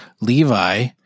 Levi